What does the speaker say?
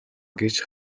гэж